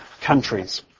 countries